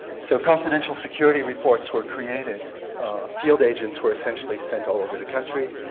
so confidential security reports were created field agents were essentially sent all over the country.